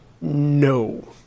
no